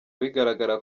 bigaragara